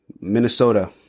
Minnesota